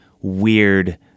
weird